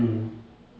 mm